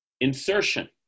insertion